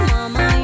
Mama